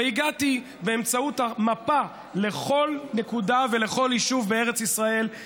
והגעתי באמצעות המפה לכל נקודה ולכל יישוב בארץ ישראל,